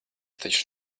taču